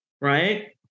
Right